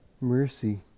mercy